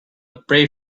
pray